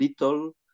little